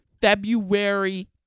February